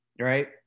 right